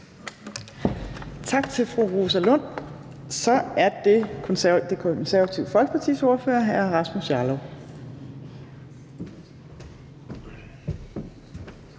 Tak til fru Rosa Lund. Så er det Det Konservative Folkepartis ordfører, hr. Rasmus Jarlov.